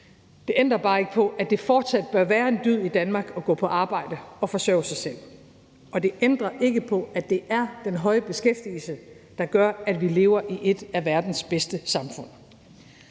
Det ændrer bare ikke på, at det fortsat bør være en dyd i Danmark at gå på arbejde og forsørge sig selv, og det ændrer ikke på, at det er den høje beskæftigelse, der gør, at vi lever i et af verdens bedste samfund.